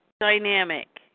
dynamic